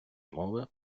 мови